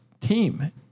team